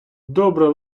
добра